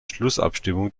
schlussabstimmung